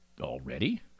Already